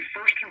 first